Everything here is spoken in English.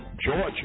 Georgia